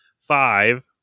five